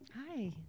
Hi